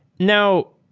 now,